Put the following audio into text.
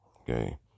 Okay